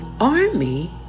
army